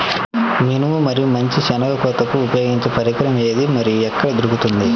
మినుము మరియు మంచి శెనగ కోతకు ఉపయోగించే పరికరం ఏది మరియు ఎక్కడ దొరుకుతుంది?